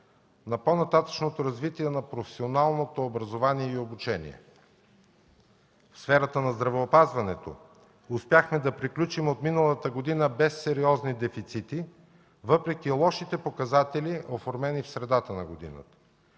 по-нататъшното развитие на професионалното образование и обучение. В сферата на здравеопазването успяхме да приключим отминалата година без сериозни дефицити въпреки лошите показатели, оформени в средата на годината.